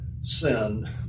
sin